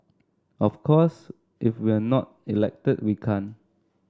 of course if we're not elected we can't